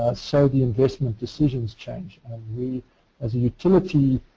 ah so the investment decisions change. we, as a utility,